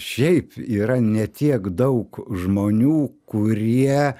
šiaip yra ne tiek daug žmonių kurie